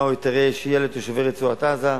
או היתרי שהייה לתושבי רצועת-עזה.